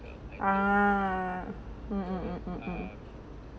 ah uh